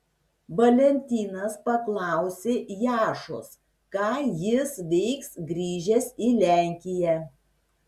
valentinas paklausė jašos ką jis veiks grįžęs į lenkiją